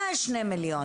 מה שני מיליון?